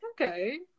Okay